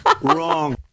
Wrong